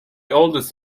oldest